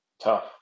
tough